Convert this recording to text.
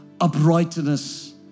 uprightness